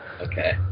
Okay